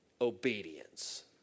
obedience